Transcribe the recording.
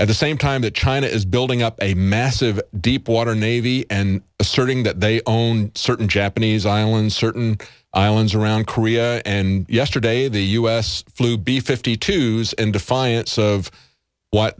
at the same time that china is building up a massive deep water navy and asserting that they own certain japanese islands certain islands around korea and yesterday the u s flew b fifty two in defiance of what